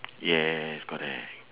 yes correct